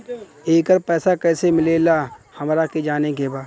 येकर पैसा कैसे मिलेला हमरा के जाने के बा?